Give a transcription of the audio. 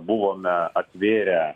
buvome atvėrę